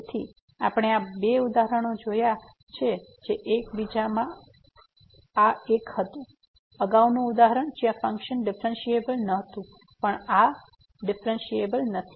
તેથી આપણે આ બે ઉદાહરણો જોયા છે જે એક બીજામાં આ એક હતું અગાઉનું ઉદાહરણ જ્યાં ફંક્શન ડિફ્રેન્સિએબલ નહોતું આ પણ ડિફ્રેન્સિએબલ નથી